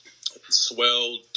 Swelled